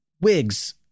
wigs